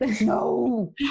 No